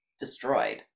Destroyed